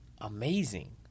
amazing